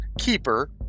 Keeper